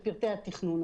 של פרטי התכנון,